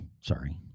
sorry